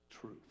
truth